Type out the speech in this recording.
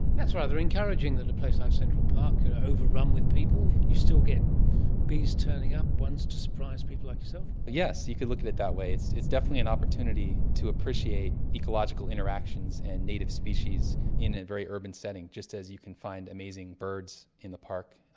that's rather encouraging that a place like central park, overrun with people, you still get bees turning up, ones to surprise people like yourself. yes, you could look at it that way. it's it's definitely an opportunity to appreciate ecological interactions and native species in a very urban setting, just as you can find amazing birds in the park,